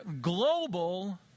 global